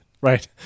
Right